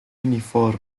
uniforme